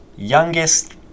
youngest